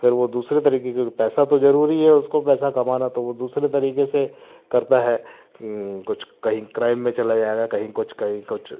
फिर वो दूसरे तरीके क्योंकि पैसा तो जरूरी है उसको पैसा कमाना तो वो दूसरे तरीके से करता है कुछ कहीं क्राइम में चला जाएगा कहीं कुछ कहीं कुछ